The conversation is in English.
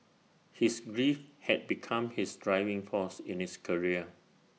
his grief had become his driving force in his career